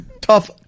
tough